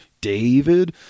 David